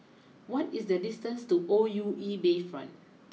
what is the distance to O U E Bayfront